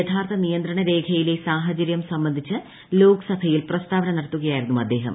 യഥാർഥ നിയന്ത്രണ രേഖയിലെ സാഹചര്യം സംബന്ധിച്ച് ലോക്സഭയിൽ പ്രസ്താവന നടത്തുകയായിരുന്നു അദ്ദേഹം